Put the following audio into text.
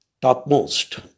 topmost